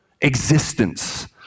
existence